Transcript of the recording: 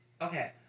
Okay